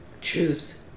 Truth